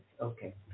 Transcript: Okay